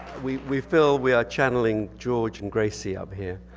we we feel we are channeling george and gracie up here